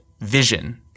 vision